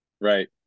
right